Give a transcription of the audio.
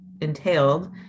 entailed